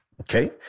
Okay